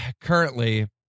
currently